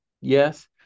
yes